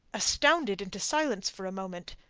astounded into silence for a moment.